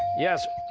yes?